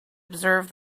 observe